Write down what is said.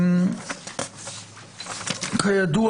כידוע,